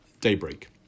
daybreak